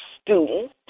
student